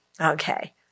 Okay